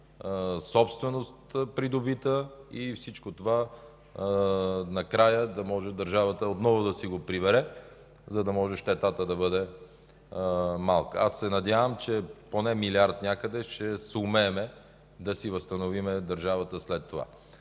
собственост и всичко това накрая държавата да може отново да си го прибере, за да може щетата да бъде малка. Надявам се, че поне милиард някъде ще съумеем да си възстановим държавата след това.